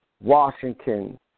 Washington